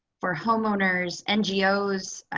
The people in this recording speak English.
for homeowners, ngos,